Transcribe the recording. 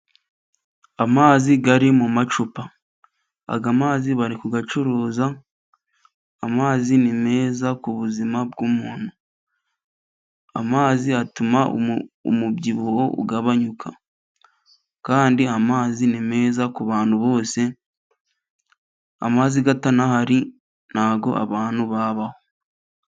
Amazi ari mu macupa. Amazi bari kuyacuruza, amazi ni meza ku buzima bw'umuntu, amazi atuma umubyibuho ugabanyuka . Kandi amazi ni meza kubantu bose amazi yatanahari ntago abantu babaho.